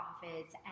profits